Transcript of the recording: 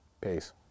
Peace